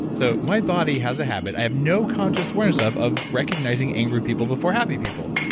so my body has a habit, i have no conscious awareness of, of recognizing angry people before happy people.